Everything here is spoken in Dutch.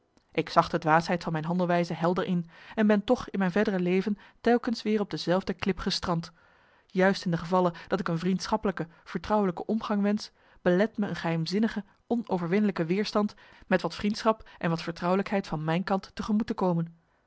ik zag de dwaasheid van mijn handelwijze helder in en ben toch in mijn verdere leven telkens weer op dezelfde klip gestrand juist in de gevallen dat ik een vriendschappelijke vertrouwelijke omgang wensch belet me een marcellus emants een nagelaten bekentenis geheimzinnige onoverwinnelijke weerstand met wat vriendschap en wat vertrouwelijkheid van mijn kant tegemoet te komen